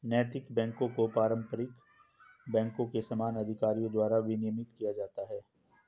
नैतिक बैकों को पारंपरिक बैंकों के समान अधिकारियों द्वारा विनियमित किया जाता है